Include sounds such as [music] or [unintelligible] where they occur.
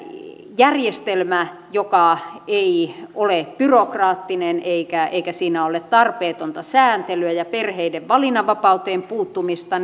järjestelmä joka ei ole byrokraattinen eikä siinä ole tarpeetonta sääntelyä ja perheiden valinnanvapauteen puuttumista [unintelligible]